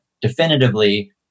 definitively